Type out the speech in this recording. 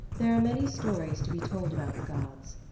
there are many stories to be told about the gods,